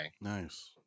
Nice